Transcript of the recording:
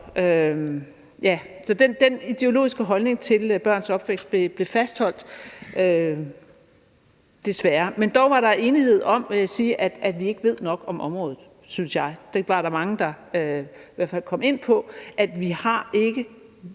Så dén ideologiske holdning til børns opvækst blev desværre fastholdt. Men dog var der enighed om at sige, at vi ikke ved nok om området, synes jeg. Der var i hvert fald mange, der kom ind på, at vi ikke